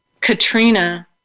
Katrina